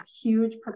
huge